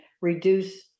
reduce